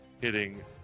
hitting